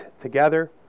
together